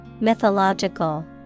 Mythological